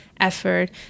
effort